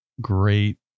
great